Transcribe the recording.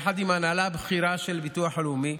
יחד עם ההנהלה הבכירה של הביטוח הלאומי,